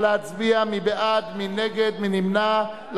44 בעד, 55 נגד, אין נמנעים.